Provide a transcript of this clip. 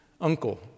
Uncle